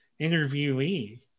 interviewee